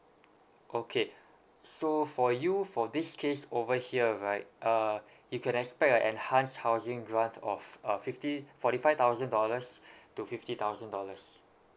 okay so for you for this case over here right uh you could expect a enhanced housing grant of uh fifty forty five thousand dollars to fifty thousand dollars